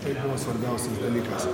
tai buvo svarbiausias dalykas